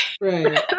right